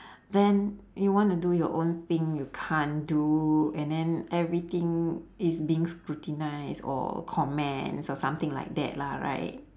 then you want to do your own thing you can't do and then everything is being scrutinise or comments or something like that lah right